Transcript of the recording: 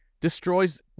destroys